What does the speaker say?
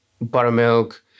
buttermilk